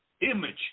image